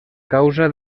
causa